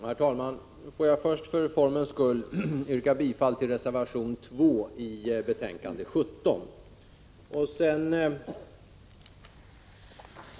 Herr talman! Jag får först för formens skull yrka bifall till reservation 2 i betänkande 17.